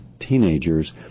teenagers